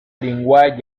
linguae